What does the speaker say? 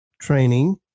training